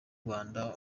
rwanda